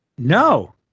No